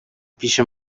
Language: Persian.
پیش